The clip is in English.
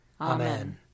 Amen